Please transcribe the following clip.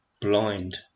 blind